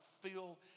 feel